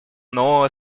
нового